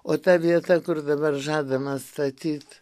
o ta vieta kur dabar žadama statyt